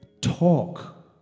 talk